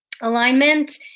alignment